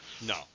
No